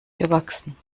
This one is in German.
gewachsen